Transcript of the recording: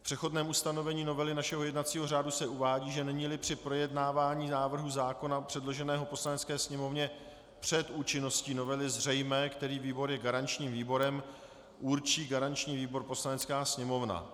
V přechodném ustanovení novely našeho jednacího řádu se uvádí, že neníli při projednávání návrhu zákona předloženého Poslanecké sněmovně před účinností novely zřejmé, který výbor je garančním výborem, určí garanční výbor Poslanecká sněmovna.